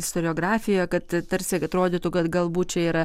istoriografijoje kad tarsi atrodytų kad galbūt čia yra